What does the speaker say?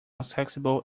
accessible